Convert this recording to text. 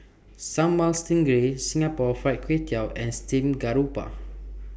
Sambal Stingray Singapore Fried Kway Tiao and Steamed Garoupa